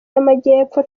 y’amajyepfo